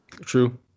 True